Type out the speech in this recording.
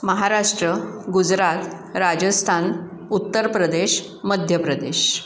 Maharashtra Gujarat Rajasthan Uttar Pradesh Madhya Pradesh